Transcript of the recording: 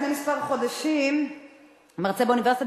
לפני כמה חודשים מרצה באוניברסיטת